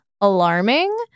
alarming